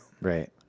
right